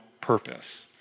purpose